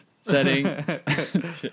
Setting